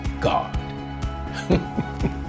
God